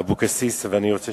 אבקסיס, ואני רוצה